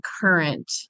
current